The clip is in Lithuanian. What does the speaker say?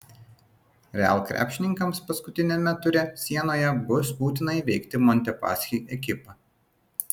real krepšininkams paskutiniame ture sienoje bus būtina įveikti montepaschi ekipą